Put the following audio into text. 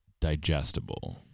digestible